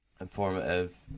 informative